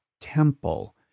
temple